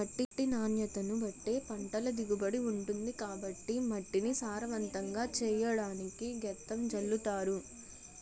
మట్టి నాణ్యతను బట్టే పంటల దిగుబడి ఉంటుంది కాబట్టి మట్టిని సారవంతంగా చెయ్యడానికి గెత్తం జల్లుతారు